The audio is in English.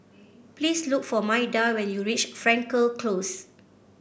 please look for Maida when you reach Frankel Close